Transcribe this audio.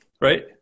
right